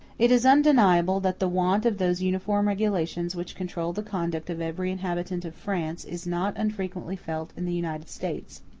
it is undeniable that the want of those uniform regulations which control the conduct of every inhabitant of france is not unfrequently felt in the united states.